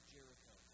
Jericho